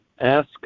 Ask